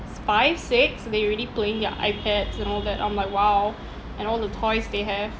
five six they already playing their ipads and all that I'm like !wow! and all the toys they have